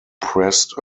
pressed